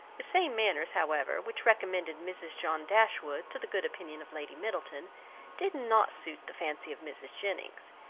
the same manners, however, which recommended mrs. john dashwood to the good opinion of lady middleton did not suit the fancy of mrs. jennings,